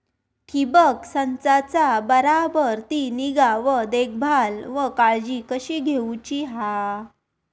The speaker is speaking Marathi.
ठिबक संचाचा बराबर ती निगा व देखभाल व काळजी कशी घेऊची हा?